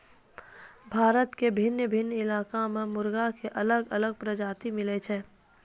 भारत के भिन्न भिन्न इलाका मॅ मुर्गा के अलग अलग प्रजाति मिलै छै